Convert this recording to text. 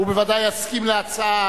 הוא ודאי יסכים להצעה